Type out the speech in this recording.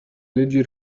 leggi